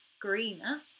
greener